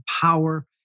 power